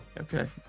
Okay